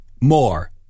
More